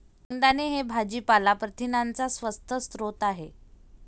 शेंगदाणे हे भाजीपाला प्रथिनांचा स्वस्त स्रोत आहे